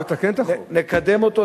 נקדם אותו,